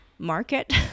market